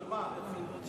דוגמה, דוגמה.